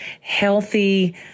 healthy